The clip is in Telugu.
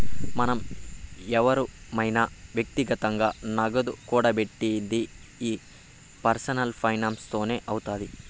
మనం ఎవురమైన వ్యక్తిగతంగా నగదు కూడబెట్టిది ఈ పర్సనల్ ఫైనాన్స్ తోనే అవుతాది